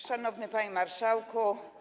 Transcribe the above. Szanowny Panie Marszałku!